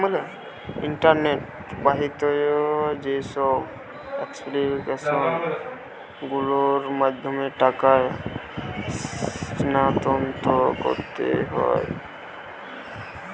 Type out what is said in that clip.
internet বাহিত যেইসব application গুলোর মাধ্যমে টাকা স্থানান্তর করতে হয়